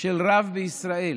של רב בישראל